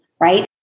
right